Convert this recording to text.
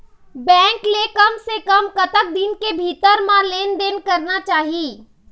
Bank ले कम से कम कतक दिन के भीतर मा लेन देन करना चाही?